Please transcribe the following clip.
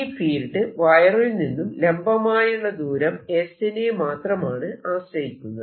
ഈ ഫീൽഡ് വയറിൽ നിന്നും ലംബമായുള്ള ദൂരം s നെ മാത്രമാണ് ആശ്രയിക്കുന്നത്